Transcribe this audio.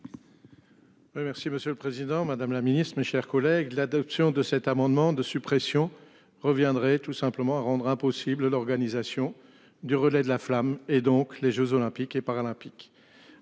Merci Monsieur le Président Madame la Ministre, mes chers collègues, l'adoption de cet amendement de suppression reviendrait tout simplement à rendre impossible l'organisation du relais de la flamme et donc les Jeux olympiques et paralympiques